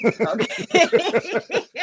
Okay